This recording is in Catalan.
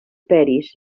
peris